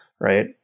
right